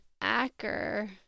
Acker